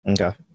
Okay